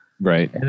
Right